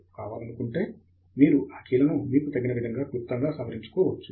కావాలనుకుంటే మీరు ఆ కీలను మీకు తగినవిధముగా క్లుప్తంగా సవరించుకోవచ్చు